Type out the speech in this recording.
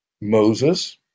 Moses